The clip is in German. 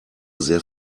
sehr